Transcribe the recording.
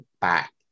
back